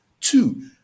two